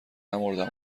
نمـردم